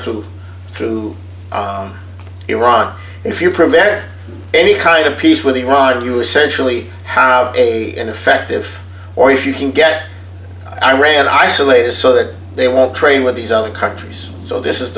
through through iran if you prevent any kind of peace with iran you essentially have a ineffective or if you can get iran isolated so that they won't trade with these other countries so this is